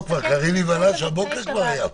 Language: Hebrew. קארין כבר נבהלה שאולי הבוקר כבר היה משהו.